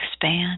expand